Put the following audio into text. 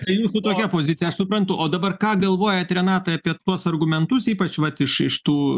tai jūsų tokia pozicija aš suprantu o dabar ką galvojat renatai apie tuos argumentus ypač vat iš iš tų